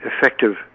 effective